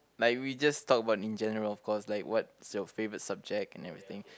like we just talk about in general of course like what's your favourite subject and everything